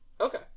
Okay